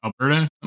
Alberta